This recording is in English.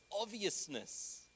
obviousness